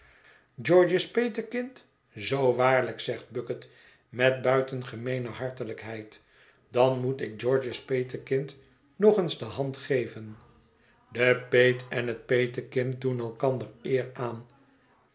george's petekind zoo waarlijk zegt bucket met buitengemeene hartelijkheid dan moet ik george's petekind nog eens de hand gevqn de peet en het petekind doen elkander eer aan